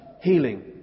healing